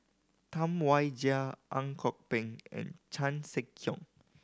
Tam Wai Jia Ang Kok Peng and Chan Sek Keong